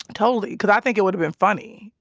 totally because i think it would have been funny,